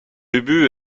ubu